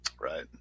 Right